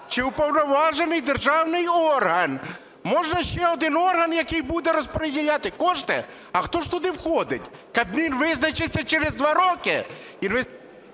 чи уповноважений державний орган? Можна ще один орган, який буде розподіляти кошти. А, хто ж туди входить? Кабмін визначиться через два роки…